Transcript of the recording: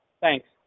Thanks